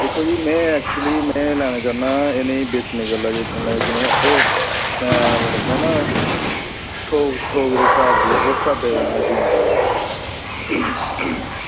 दिक्खो जी में लैना चाह्न्ना बेचने गल्ला ओह् आखदा ना थोक दा स्हाब कोई इस स्हाबै दा हंजी हंजी